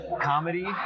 comedy